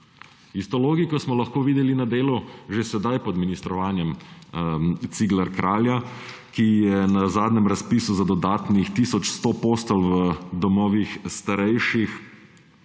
Isto logiko smo lahko videli na delu že sedaj pod ministrovanjem Cigler-Kralja, ki je na zadnjem razpisu za dodatnih tisoč sto postelj v domovih starejših